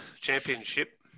championship